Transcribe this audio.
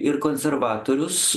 ir konservatorius